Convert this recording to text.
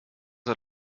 hat